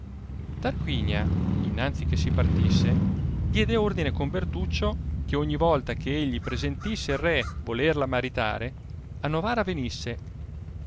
tarquinia innanzi che si partisse diede ordine con bertnecio che ogni volta che egli persentisse il re volerla maritare a novara venisse